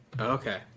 okay